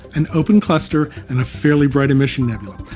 an open cluster, and a fairly bright emission nebula.